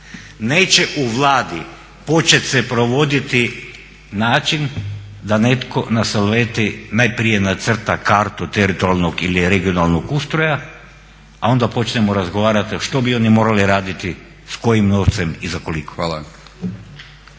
neće u Vladi početi se provoditi na način da netko na salveti najprije nacrta kartu teritorijalnog ili regionalnog ustroja a onda počnemo razgovarati a što bi oni morali raditi, s kojim novcem i za koliko.